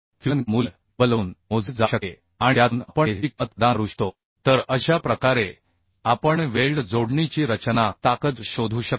fusion K मूल्य टेबलवरून मोजले जाऊ शकते आणि त्यातून आपण K ची किमत प्रदान करू शकतो तर अशा प्रकारे आपण वेल्ड जोडणीची रचना ताकद शोधू शकतो